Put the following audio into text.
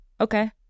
Okay